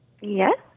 Yes